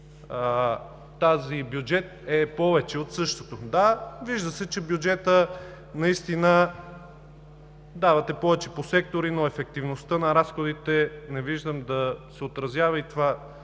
този бюджет е повече от същото. Да, вижда се, че в бюджета наистина давате повече по сектори, но ефективността на разходите не виждам да се отразява и това